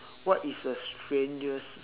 what is the strangest